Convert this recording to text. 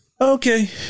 okay